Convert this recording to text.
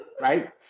right